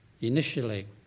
Initially